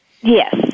yes